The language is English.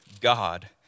God